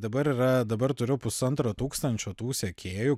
dabar yra dabar turiu pusantro tūkstančio tų sekėjų